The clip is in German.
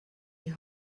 die